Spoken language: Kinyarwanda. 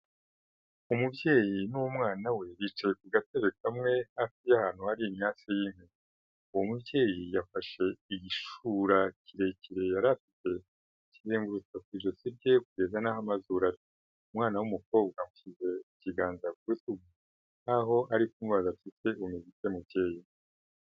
Umubyeyi n'umwana we bicaye ku gatebe kamwe hafi y'ahantu hari imyase y'inkwi, uwo mubyeyi yafashe igishura kirekire yari afite akizenguruka ku ijosi rye kugeza n'aho amazuru ari, umwana w'umukobwa yamushyize ikiganza ku rutugu, nk'aho ari kumubaza ati, ese umeze ute mubyeyi?